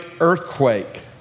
earthquake